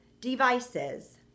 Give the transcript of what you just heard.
devices